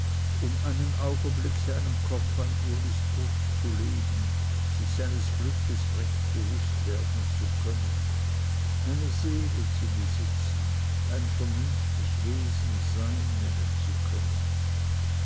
um einen augenblick seinen kopf an ulis brust legen sich seines glückes recht bewußt werden zu können eine seele zu besitzen ein vernünftig wesen sein nennen zu können